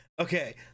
okay